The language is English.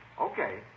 Okay